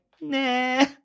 nah